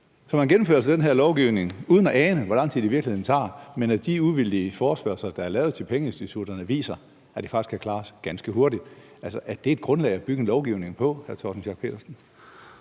Så man gennemfører altså den her lovgivning uden at ane, hvor lang tid det i virkeligheden tager. De uvildige forespørgsler, der er lavet til pengeinstitutterne, viser, at det faktisk kan klares ganske hurtigt. Altså, er det et grundlag at bygge en lovgivning på, hr. Torsten Schack Pedersen?